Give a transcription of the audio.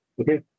Okay